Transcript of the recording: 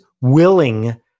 willing